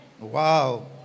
Wow